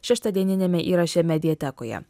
šeštadieniniame įraše mediatekoje